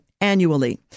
annually